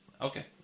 Okay